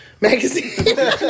magazine